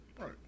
Right